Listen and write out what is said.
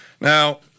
Now